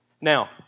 Now